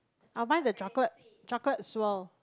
I'll buy the chocolate chocolate swirl